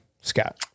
Scott